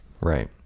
Right